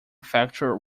factor